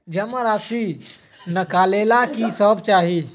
जमा राशि नकालेला कि सब चाहि?